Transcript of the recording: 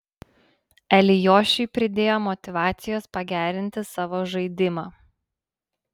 eliošiui pridėjo motyvacijos pagerinti savo žaidimą